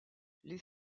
les